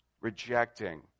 rejecting